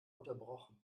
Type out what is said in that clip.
unterbrochen